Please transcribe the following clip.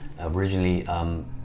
Originally